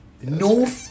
no